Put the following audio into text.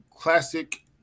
classic